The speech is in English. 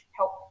help